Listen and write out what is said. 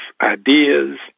ideas